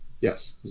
Yes